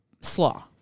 slaw